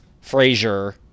Frazier